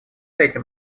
этим